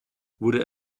wurde